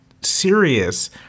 serious